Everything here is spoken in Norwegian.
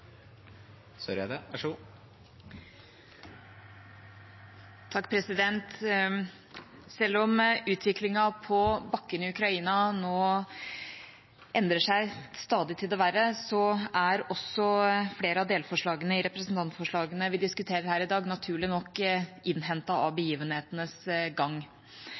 Selv om utviklingen på bakken i Ukraina nå endrer seg stadig til det verre, er også flere av delforslagene i representantforslagene vi diskuterer her i dag, naturlig nok innhentet av begivenhetenes gang.